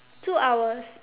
two hours